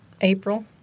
April